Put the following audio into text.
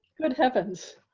good heavens,